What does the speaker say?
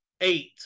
Eight